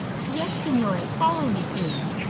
yes, signore. follow me, please.